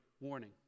warning